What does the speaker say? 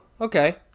okay